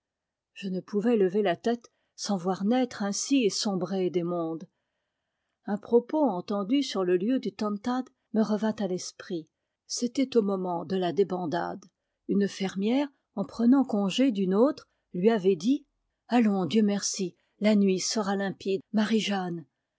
je ne pouvais lever la tête sans voir naître ainsi et sombrer des mondes un propos entendu sur le lieu du tantad me revint à l'esprit c était au moment de la débandade une fermière en prenant congé d'une autre lui avait dit allons dieu merci la nuit sera limpide marie-jeanne